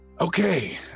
Okay